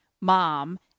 mom